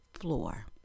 floor